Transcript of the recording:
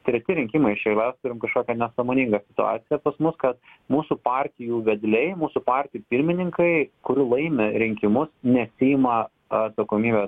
treti rinkimai iš eilės turim kažkokią nesąmoningą situaciją pas mus kad mūsų partijų vedliai mūsų partijų pirmininkai kuri laimi rinkimus nesiima atsakomybės